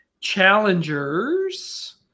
Challengers